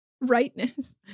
rightness